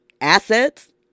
assets